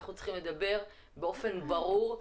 אנחנו צריכים לדבר באופן ברור.